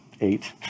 eight